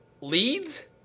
leads